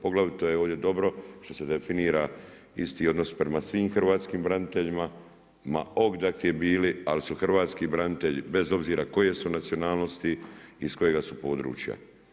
Poglavito je ovdje dobro što se definira isti odnos prema svim hrvatskim braniteljima ma odakle bili, ali su hrvatski branitelji bez obzira koje su nacionalnosti, iz kojega su područja.